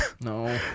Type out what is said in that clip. No